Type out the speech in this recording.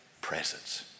presence